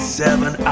seven